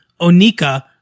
Onika